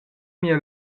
mia